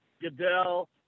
Goodell